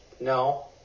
No